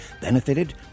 benefited